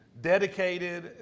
dedicated